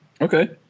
Okay